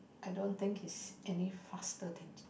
I don't he's any faster than Jinna